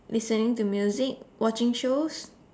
listening to music watching shows